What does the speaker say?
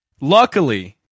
Luckily